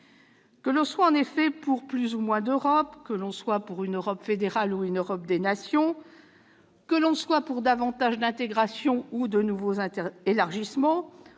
Que l'on soit pour plus ou moins d'Europe, que l'on soit pour une Europe fédérale ou pour une Europe des nations, que l'on soit pour davantage d'intégration ou pour de nouveaux élargissements,